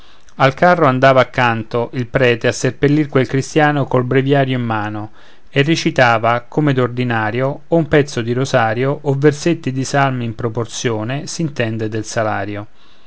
al carro andava accanto il prete a seppellir quel cristïano col breviario in mano e recitava come d'ordinario o un pezzo di rosario o versetti di salmi in proporzione s'intende del salario